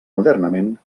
modernament